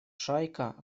шайка